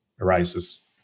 arises